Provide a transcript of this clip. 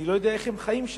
אני לא יודע איך הם חיים שם.